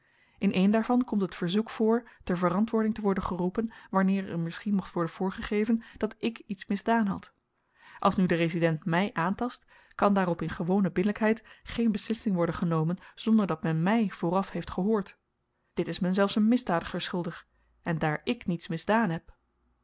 in een daarvan komt het verzoek voor ter verantwoording te worden geroepen wanneer er misschien mocht worden voorgegeven dat ik iets misdaan had als nu de resident my aantast kan daarop in gewone billykheid geen beslissing worden genomen zonder dat men my vooraf heeft gehoord dit is men zelfs een misdadiger schuldig en daar ik niets misdaan heb